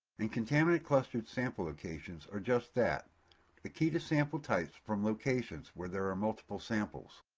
and, contaminant clustered sample locations are just that a key to sample types from locations where there are multiple samples.